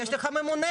יש לך ממונה,